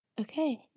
okay